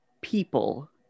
people